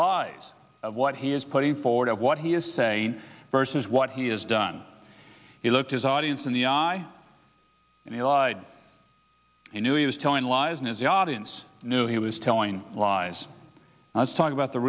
lies of what he is putting forward what he is saying versus what he has done he looked his audience in the eye and he lied he knew he was telling lies and as the audience knew he was telling lies i was talking about the